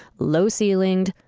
low-ceilinged,